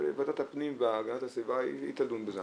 ועדת הפנים והגנת הסביבה היא תדון בזה.